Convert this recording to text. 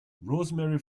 rosemary